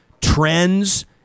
trends